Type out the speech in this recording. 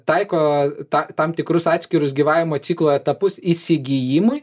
taiko ta tam tikrus atskirus gyvavimo ciklo etapus įsigijimui